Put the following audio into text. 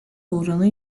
oranı